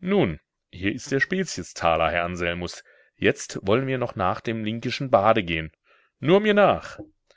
nun hier ist der speziestaler herr anselmus jetzt wollen wir noch nach dem linkeschen bade gehen nur mir nach